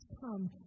come